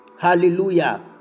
hallelujah